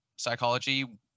psychology